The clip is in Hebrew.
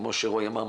כמו שרועי אמר,